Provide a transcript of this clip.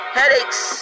headaches